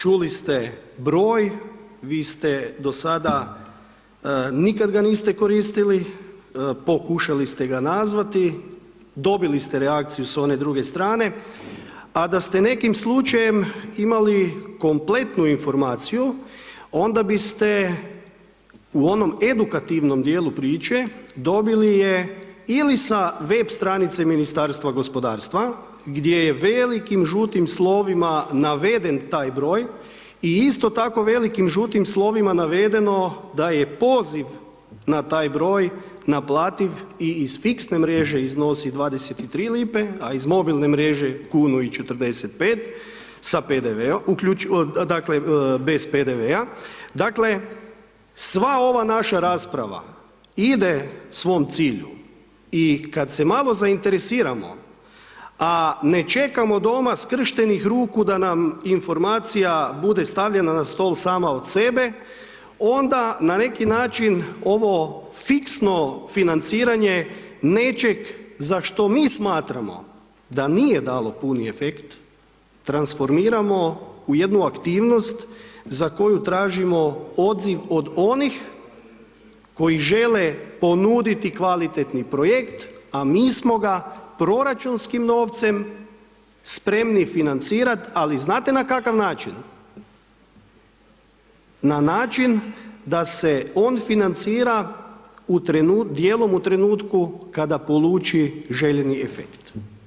Čuli ste broj, vi ste do sada, nikad ga niste koristili, pokušali ste ga nazvati, dobili ste reakciju s one druge strane, a da ste nekim slučajem imali kompletnu informaciju, onda biste u onom edukativnom dijelu priče dobili je ili sa web stranice Ministarstva gospodarstva gdje je velikim žutim slovima naveden taj broj i isto tako velikim žutim slovima navedeno da je poziv na taj broj naplativ i iz fiksne mreže iznosu 23 lipe, a iz mobilne mreže 1,45 sa PDV-om, uključujući, dakle bez PDV-a, dakle, sva ova naša rasprava ide svom cilju i kad se malo zainteresiramo, a ne čekamo doma skrštenih ruku da nam informacija bude stavljena na stol sama od sebe, onda na neki način ovo fiksno financiranje nečeg za što mi smatramo da nije dalo puni efekt transformiramo u jednu aktivnost za koju tražimo odziv od onih koji žele ponuditi kvalitetni projekt, a mi smo ga proračunskim novcem spremni financirati, ali znate na kakav način, na način da se on financira dijelom u trenutku kada poluči željeni efekt.